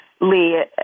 Lee